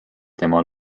tema